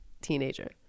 teenager